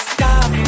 Stop